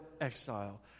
exile